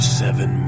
seven